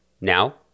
Now